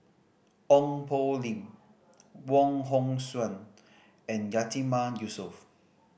Ong Poh Lim Wong Hong Suen and Yatiman Yusof